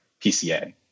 PCA